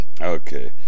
Okay